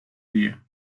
día